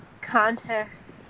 contest